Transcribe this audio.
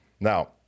Now